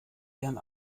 ihren